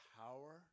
power